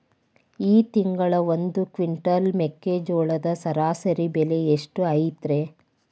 ಈ ತಿಂಗಳ ಒಂದು ಕ್ವಿಂಟಾಲ್ ಮೆಕ್ಕೆಜೋಳದ ಸರಾಸರಿ ಬೆಲೆ ಎಷ್ಟು ಐತರೇ?